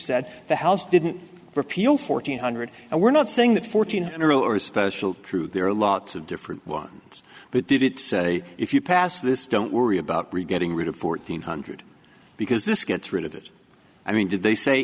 said the house didn't repeal fourteen hundred and we're not saying that fourteen in a row or a special crew there are lots of different ones but did it say if you pass this don't worry about getting rid of fourteen hundred because this gets rid of it i mean did they say